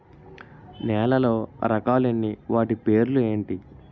నేలలో రకాలు ఎన్ని వాటి పేర్లు ఏంటి?